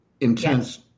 intense